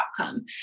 outcome